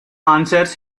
answers